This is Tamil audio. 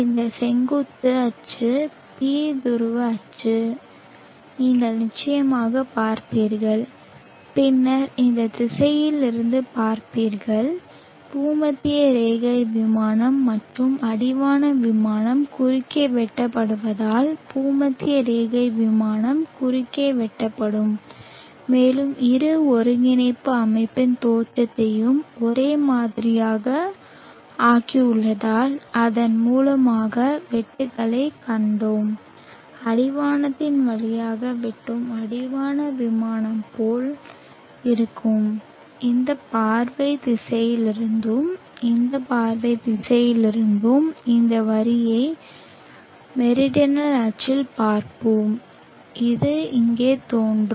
இந்த செங்குத்து அச்சு p துருவ அச்சை நீங்கள் நிச்சயமாக பார்ப்பீர்கள் பின்னர் இந்த திசையில் இருந்து பார்ப்பீர்கள் பூமத்திய ரேகை விமானம் மற்றும் அடிவான விமானம் குறுக்கே வெட்டப்படுவதால் பூமத்திய ரேகை விமானம் குறுக்கே வெட்டப்படும் மேலும் இரு ஒருங்கிணைப்பு அமைப்பின் தோற்றத்தையும் ஒரே மாதிரியாக ஆக்கியுள்ளதால் அதன் மூலமாக வெட்டுக்களைக் கண்டோம் அடிவானத்தின் வழியாக வெட்டும் அடிவான விமானம் போல இருக்கும் இந்த பார்வை திசையிலிருந்தும் இந்த பார்வை திசையிலிருந்தும் இந்த வரியை மெரிடனல் அச்சில் பார்ப்போம் அது இங்கே தோன்றும்